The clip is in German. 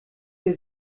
der